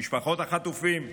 משפחות החטופים,